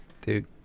Dude